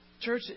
Church